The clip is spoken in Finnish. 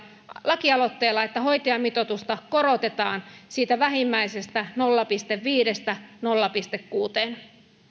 lakialoitteella että hoitajamitoitusta korotetaan siitä vähimmäisestä nolla pilkku viidestä nolla pilkku kuuteen